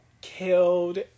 killed